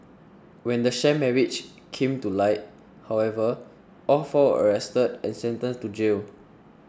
when the sham marriage came to light however all four were arrested and sentenced to jail